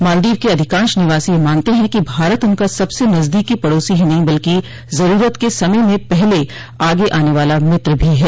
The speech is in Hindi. मालदीव के अधिकांश निवासी यह मानते हैं कि भारत उनका सबसे नजदीकी पडोसी ही नहीं बल्कि जरूरत के समय में पहले आगे आने वाला मित्र भी है